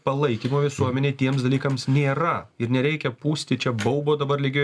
palaikymo visuomenėj tiems dalykams nėra ir nereikia pūsti čia baubo dabar lygioj